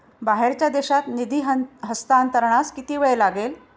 बाहेरच्या देशात निधी हस्तांतरणास किती वेळ लागेल?